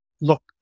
Look